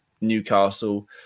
Newcastle